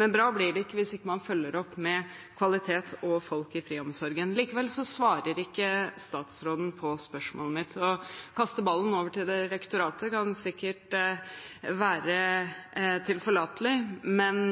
men bra blir det ikke hvis man ikke følger opp med kvalitet og folk i friomsorgen. Likevel svarer ikke statsråden på spørsmålet mitt. Å kaste ballen over til direktoratet kan sikkert være tilforlatelig, men